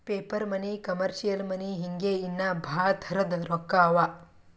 paper money, commercial money ಹಿಂಗೆ ಇನ್ನಾ ಭಾಳ್ ತರದ್ ರೊಕ್ಕಾ ಅವಾ